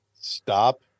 stop